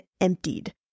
emptied